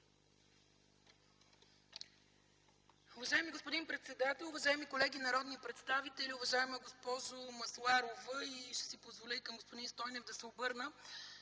Уважаеми господин председател, уважаеми колеги народни представители, уважаема госпожо Масларова! Ще си позволя да се обърна